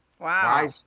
Wow